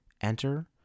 Enter